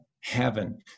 heaven